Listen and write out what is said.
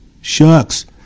Shucks